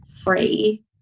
free